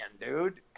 dude